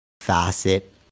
facet